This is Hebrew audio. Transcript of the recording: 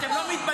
אתם לא מתביישים?